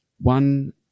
one